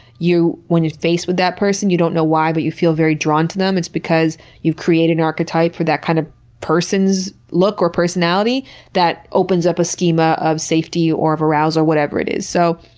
when you're faced with that person, you don't know why, but you feel very drawn to them. it's because you've created an archetype for that kind of person's look or personality that opens up a schema of safety or of arousal, whatever it is. so,